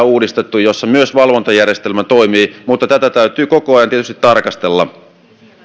uudistettu pakkokeinolakia jossa myös valvontajärjestelmä toimii mutta tätä täytyy koko ajan tietysti tarkastella